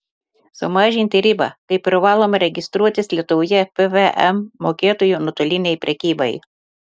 sumažinti ribą kai privaloma registruotis lietuvoje pvm mokėtoju nuotolinei prekybai